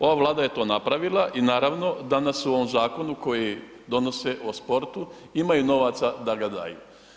Ova Vlada je to napravila i naravno danas, u ovom zakonu koji donose u sportu imaju novaca da ga daju.